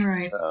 Right